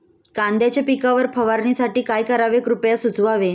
कांद्यांच्या पिकावर फवारणीसाठी काय करावे कृपया सुचवावे